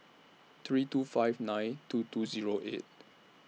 three two five nine two two Zero eight